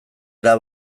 era